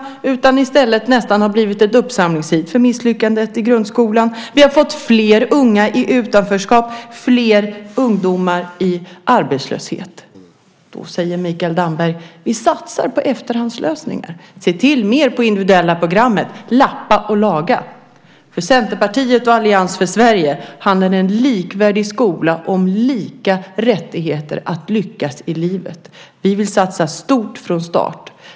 Den har i stället nästan blivit ett uppsamlingsheat för misslyckandet i grundskolan. Vi har fått fler unga i utanförskap och fler ungdomar i arbetslöshet. Då säger Mikael Damberg: Vi satsar på efterhandslösningar! Se till mer på individuella programmet! Lappa och laga! För Centerpartiet och Allians för Sverige handlar en likvärdig skola om lika rättigheter att lyckas i livet. Vi vill satsa stort från start.